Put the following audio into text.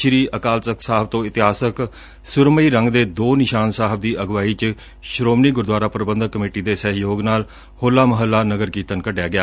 ਸ੍ਰੀ ਅਕਾਲ ਤਖ਼ਤ ਸਾਹਿਬ ਤੋਂ ਇਤਿਹਾਸਕ ਸੁਰਮਈ ਰੰਗ ਦੇ ਦੋ ਨਿਸ਼ਾਨ ਸਾਹਿਬ ਦੀ ਅਗਵਾਈ ਚ ਸ੍ਰੋਮਣੀ ਗੁਰਦੂਆਰਾ ਪ੍ਰਬੰਧਕ ਕਮੇਟੀ ਦੇ ਸਹਿਯੋਗ ਨਾਲ ਹੋਲਾ ਮਹੱਲਾ ਨਗਰ ਕੀਰਤਨ ਕਢਿਆ ਗਿਆ